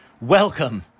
welcome